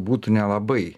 būtų nelabai